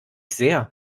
sehr